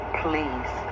please